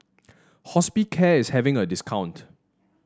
Hospicare is having a discount